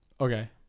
Okay